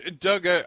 Doug